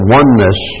oneness